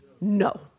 no